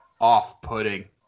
off-putting